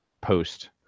post